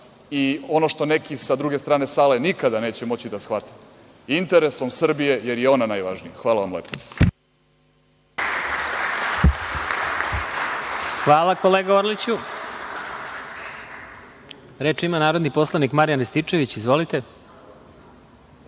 i ono što neki sa druge strane sale nikada neće moći da shvate, interesom Srbije, jer je ona najvažnija. Hvala vam lepo. **Đorđe Milićević** Hvala, kolega Orliću. Reč ima narodni poslanik Marijan Rističević. Izvolite.